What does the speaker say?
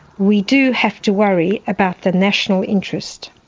we do have to worry about the national interest.